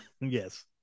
yes